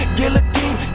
Guillotine